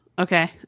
Okay